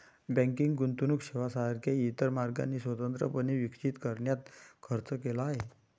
banking गुंतवणूक सेवांसारख्या इतर मार्गांनी स्वतंत्रपणे विकसित करण्यात खर्च केला आहे